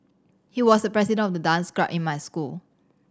he was the president of the dance club in my school